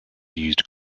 used